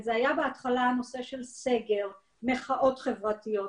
אם זה היה בהתחלה הנושא של סגר, מחאות חברתיות,